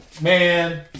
Man